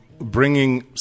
bringing